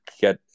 get